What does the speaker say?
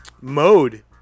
mode